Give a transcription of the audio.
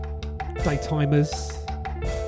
Daytimers